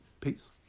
Peace